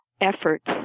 efforts